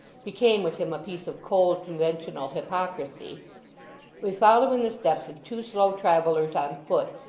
became with him a piece of cold, conventional hypocrisy we follow in the steps of two slow travellers on foot,